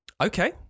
Okay